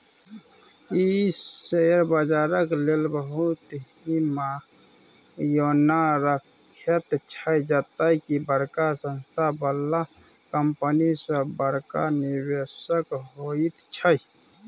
ई share बजारक लेल बहुत ही मायना रखैत छै जते की बड़का संस्था बला कंपनी सब बड़का निवेशक होइत छै